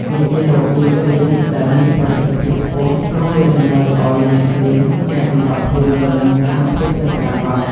នេះជារបៀបរៀនដែលមានប្រសិទ្ធភាពខ្ពស់ ព្រោះវាតម្រូវឱ្យអ្នករៀនចេះសម្របខ្លួនទៅនឹងស្ថានភាពពិតប្រាកដ។